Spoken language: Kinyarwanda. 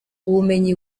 ubumenyi